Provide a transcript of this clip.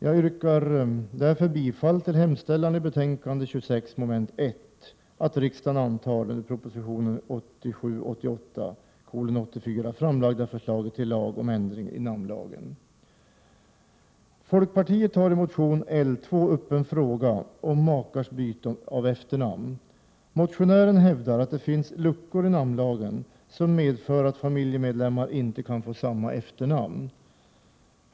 Jag yrkar bifall till hemställan i betänkande 26, mom. 1, nämligen att riksdagen antar det i proposition 1987/88:84 framlagda förslaget till lag om ändring i namnlagen. Folkpartiet tar i motion L2 upp en fråga om makars byte av efternamn. Motionären hävdar att det finns luckor i namnlagen som medför att familjemedlemmar inte kan få samma efternamn.